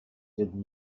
did